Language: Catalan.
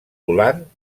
volant